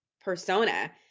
persona